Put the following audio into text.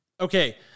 okay